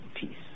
peace